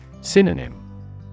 Synonym